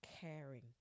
caring